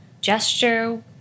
gesture